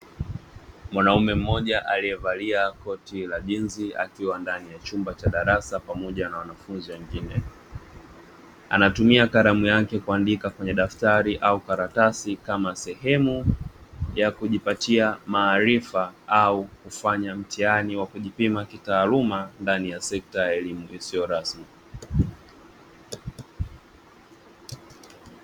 Mwanaume mmoja aliyevalia koti la jinzi akiwa ndani ya chumba cha darasa pamoja na wanafunzi wengine. Anatumia kalamu yake kuandika kwenye daftari au karatasi, kama sehemu ya kujipatia maarifa au kufanya mtihani wa kujipima kitaaluma ndani ya sekta ya elimu isiyo rasmi.